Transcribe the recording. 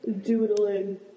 doodling